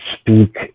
speak